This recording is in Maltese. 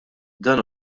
dan